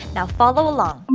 now follow along.